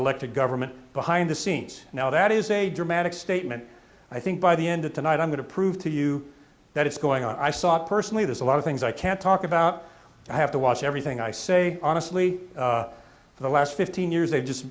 government behind the scenes now that is a dramatic statement i think by the end of tonight i'm going to prove to you that it's going on i saw personally there's a lot of things i can't talk about i have to watch everything i say honestly for the last fifteen years they've just